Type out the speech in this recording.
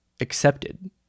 accepted